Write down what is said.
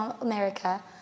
America